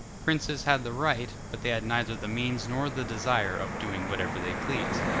princes had the right, but they had neither the means nor the desire, of doing whatever they pleased.